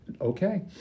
Okay